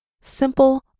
simple